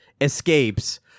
escapes